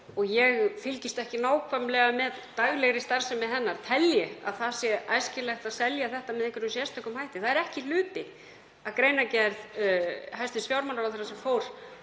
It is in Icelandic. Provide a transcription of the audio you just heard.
og ég fylgist ekki nákvæmlega með daglegri starfsemi hennar, telji að æskilegt sé að selja þetta með einhverjum sérstökum hætti. Það er ekki hluti af greinargerð hæstv. fjármálaráðherra sem fór